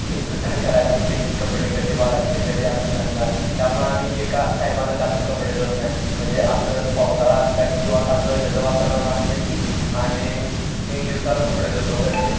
इंतजार करायला लागते की कपडे कधी वाळायचे कधी आम्ही घालणार त्यामुळे आम्ही एका टायमाला जास्त कपडे धुवत नाही म्हणजे असं पावसाळा असला की किंवा असं ह्याचं वातावरण असलं की आम्ही तीन दिवसाला कपडे धुतो म्हणजे